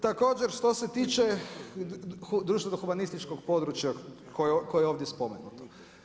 Također što ste tiče društveno humanističkog područja koje je ovdje spomenuto.